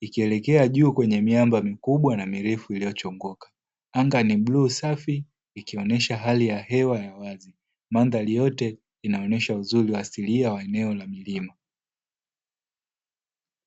ikielekea juu na mirefu iliyochongoka anga ni bluu safi ikionyesha hali ya hewa ya wazi mandhari yote inaonyesha uasili wa uzuli wa eneo la milima.